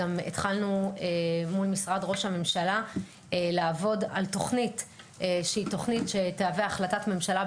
גם התחלנו לעבוד מול משרד ראש הממשלה על תוכנית שתהווה החלטת ממשלה,